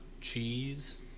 cheese